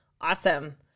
Awesome